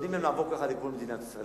נותנים להם לעבור ככה את גבול מדינת ישראל?